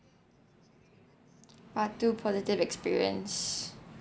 part two positive experience